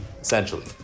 essentially